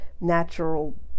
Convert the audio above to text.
natural